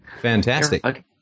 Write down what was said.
Fantastic